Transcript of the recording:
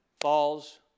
falls